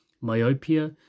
myopia